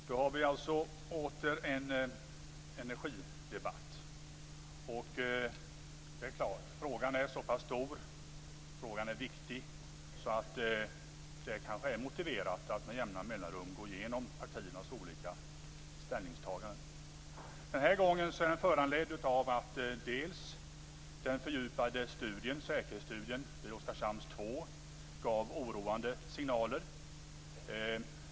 Fru talman! Då har vi alltså åter en energidebatt. Frågan är så pass stor och viktig att det kanske är motiverat att med jämna mellanrum gå igenom partiernas olika ställningstaganden. Den här gången är debatten föranledd av att den fördjupade säkerhetsstudien vid Oskarshamn 2 gav oroande signaler.